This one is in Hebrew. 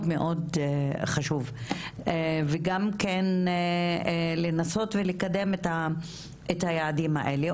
מאוד חשוב גם כן לנסות ולקדם את היעדים האלה.